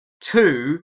two